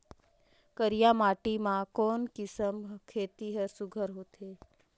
करिया माटी मा कोन किसम खेती हर सुघ्घर होथे?